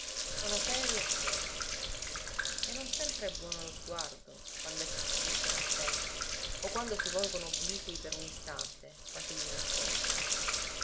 sono serii e fermi e non sempre è buono lo sguardo quand'essi si fissano attenti o quando si volgono obliqui per un istante quasi di nascosto